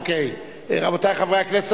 כשאנשים קשי-יום רוצים לשלם,